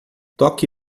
toque